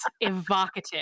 evocative